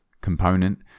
component